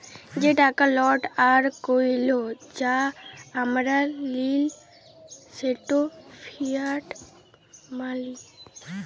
যে টাকা লট আর কইল যা আমরা লিই সেট ফিয়াট মালি